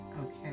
Okay